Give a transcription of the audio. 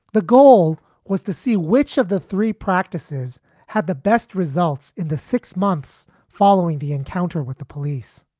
the goal was to see which of the three practices had the best results in the six months following the encounter with the police.